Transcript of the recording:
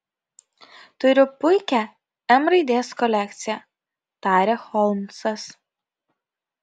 turiu puikią m raidės kolekciją tarė holmsas